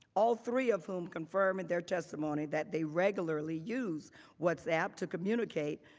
all three of whom confirmed their testimony that they regularly use what's app to communicate.